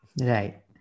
Right